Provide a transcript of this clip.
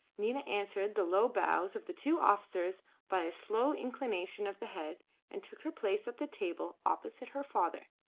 nina answered the low bows of the two officers by a slow inclination of the head and took her place at the table opposite her father.